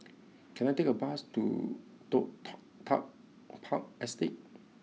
can I take a bus to Toh tall Tuck Park Estate